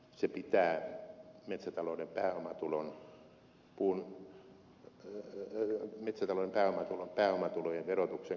se pitää metsätalouden pääomatulon pääomatulojen verotuksen kokonaisuudessa